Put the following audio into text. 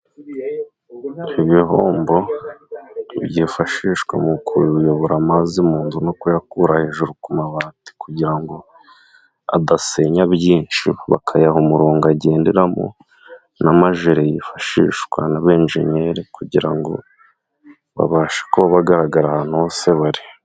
Ibihombo byifashishwa mu kuyobora amazi mu nzu no kuyakura hejuru ku mabati kugira ngo adasenya byinshi. Bakayaha umurongo agenderamo n'amajire yifashishwa n'abenjenyeri kugira ngo babashe kuba bagaragara ahantu hose bari.